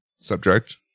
subject